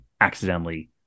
accidentally